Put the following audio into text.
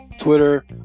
Twitter